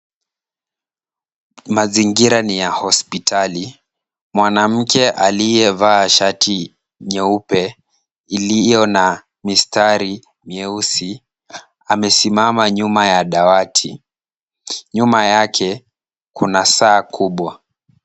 Mazingira ni ya hospitali. Mwanamke aliyevaa shati nyeupe iliyo na mistari mieusi, amesimama nyuma ya dawati. Nyuma yake kuna saa kubwa.